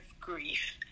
grief